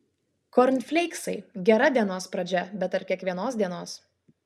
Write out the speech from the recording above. kornfleiksai gera dienos pradžia bet ar kiekvienos dienos